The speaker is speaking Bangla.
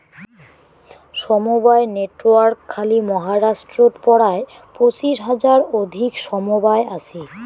সমবায় নেটওয়ার্ক খালি মহারাষ্ট্রত পরায় পঁচিশ হাজার অধিক সমবায় আছি